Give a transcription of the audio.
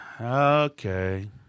okay